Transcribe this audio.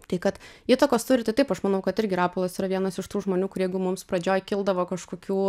tai kad įtakos turi tai taip aš manau kad irgi rapolas yra vienas iš tų žmonių kur jeigu mums pradžioj kildavo kažkokių